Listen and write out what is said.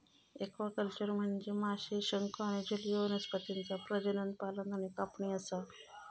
aquaculture म्हनजे माशे, शंख आणि जलीय वनस्पतींचा प्रजनन, पालन आणि कापणी असा